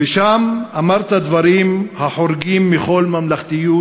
ושם אמרת דברים החורגים מכל ממלכתיות,